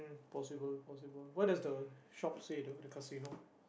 possible possible what does the shop say though the casino